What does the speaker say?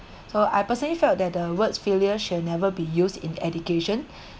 so I personally felt that the words failure shall never be used in education